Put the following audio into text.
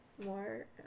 More